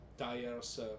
tires